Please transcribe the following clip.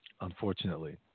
unfortunately